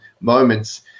Moments